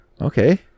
Okay